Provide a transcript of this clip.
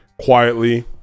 quietly